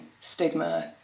stigma